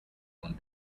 want